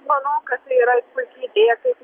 manau kad tai yra puiki idėja statyti